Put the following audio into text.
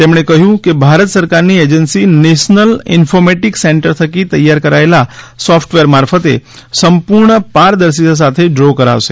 તેમણે કહ્યું કે ભારત સરકારની એજન્સી નેશનલ ઈન્ફોર્મેટીક સેન્ટર થકી તૈયાર કરાયેલા સોફ્ટવેર મારફતે સંપૂર્ણ પારદર્શિતા સાથે ડ્રો કરાશે